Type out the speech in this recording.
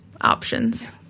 options